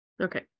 Okay